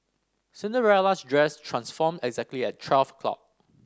Cinderella's dress transformed exactly at twelve o'clock